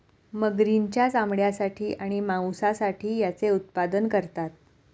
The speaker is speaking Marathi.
मगरींच्या चामड्यासाठी आणि मांसासाठी याचे उत्पादन करतात